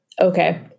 okay